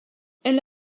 elle